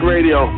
Radio